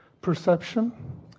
perception